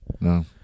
No